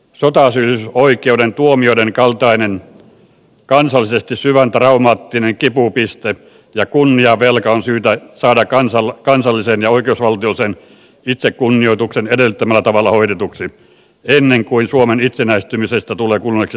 sotasyyllisyysoikeuden tuomioiden kaltainen kansallisesti syvän traumaattinen kipupiste ja kunniavelka on syytä saada kansallisen ja oikeusvaltiollisen itsekunnioituksen edellyttämällä tavalla hoidetuksi ennen kuin suomen itsenäistymisestä tulee kuluneeksi sata vuotta